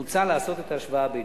מוצע לעשות את ההשוואה ביניהם.